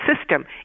system